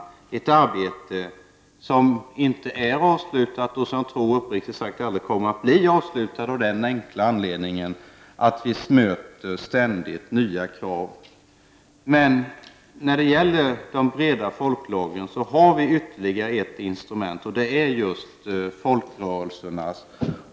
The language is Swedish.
Det är ett arbete som inte är avslutat och som jag tror uppriktigt sagt aldrig kommer att bli avslutat av den enkla anledningen att vi ständigt möter nya krav. När det gäller de breda folklagren har vi ytterligare ett instrument, och det är folkrörelserna.